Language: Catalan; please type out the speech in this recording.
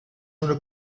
una